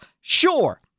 Sure